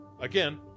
again